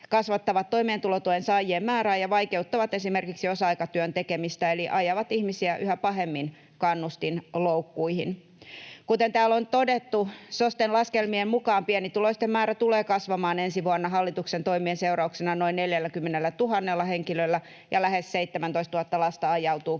kasvattavat toimeentulotuen saajien määrää ja vaikeuttavat esimerkiksi osa-aikatyön tekemistä eli ajavat ihmisiä yhä pahemmin kannustinloukkuihin. Kuten täällä on todettu, SOSTEn laskelmien mukaan pienituloisten määrä tulee kasvamaan ensi vuonna hallituksen toimien seurauksena noin 40 000 henkilöllä ja lähes 17 000 lasta ajautuu köyhyyteen.